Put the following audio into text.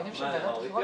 כנ"ל לגבי פרסום המחירים,